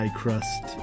crust